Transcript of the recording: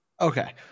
Okay